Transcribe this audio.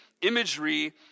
imagery